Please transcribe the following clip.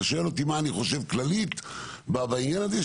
אתה שואל אותי מה אני חושב כללית בעניין הזה?